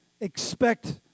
expect